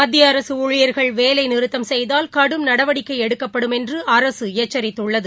மத்திய அரசுஊழியர்கள் பேலைநிறுத்தம் செய்தால் கடும் நடவடிக்கைஎடுக்கப்படும் என்றுஅரசுஎச்சரித்துள்ளது